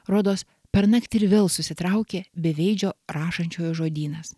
rodos pernakt ir vėl susitraukė beveidžio rašančiojo žodynas